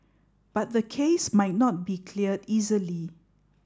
but the case might not be cleared easily